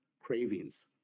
cravings